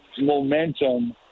momentum